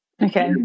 Okay